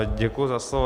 Děkuji za slovo.